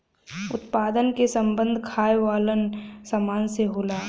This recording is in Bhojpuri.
उत्पादन क सम्बन्ध खाये वालन सामान से होला